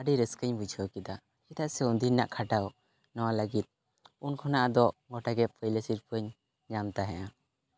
ᱟᱹᱰᱤ ᱨᱟᱹᱥᱠᱟᱹᱧ ᱵᱩᱡᱷᱟᱹᱣ ᱠᱮᱫᱟ ᱪᱮᱫᱟᱜ ᱥᱮ ᱩᱱ ᱫᱤᱱ ᱨᱮᱱᱟᱜ ᱠᱷᱟᱴᱟᱣ ᱱᱚᱣᱟ ᱞᱟᱹᱜᱤᱫ ᱩᱱ ᱠᱷᱚᱱᱟᱜ ᱟᱫᱚ ᱜᱳᱴᱟᱜᱮ ᱯᱳᱭᱞᱳ ᱥᱤᱨᱯᱟᱹᱧ ᱧᱟᱢ ᱛᱟᱦᱮᱸᱫᱼᱟ